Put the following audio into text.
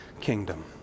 kingdom